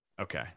okay